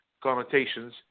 connotations